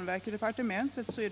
vid mindre sjukhus.